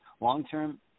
Long-term